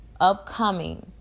upcoming